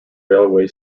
railway